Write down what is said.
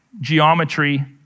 geometry